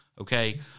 Okay